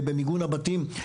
במיגון הבתים,